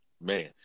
Man